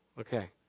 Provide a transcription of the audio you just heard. Okay